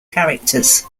characters